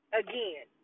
again